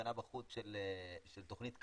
מהפגנה בחוץ של תוכנית קרב.